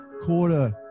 quarter